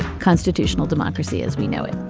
constitutional democracy as we know it.